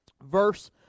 verse